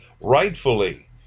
rightfully